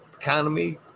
economy